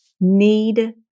need